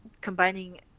combining